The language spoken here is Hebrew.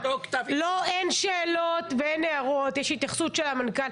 אין שאלות ואין הערות, יש התייחסות של המפכ"ל.